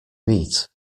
meat